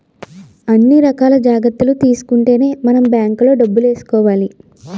అన్ని రకాల జాగ్రత్తలు తీసుకుంటేనే మనం బాంకులో డబ్బులు ఏసుకోవాలి